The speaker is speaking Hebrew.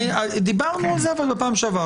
דיברנו על זה בפעם הקודמת.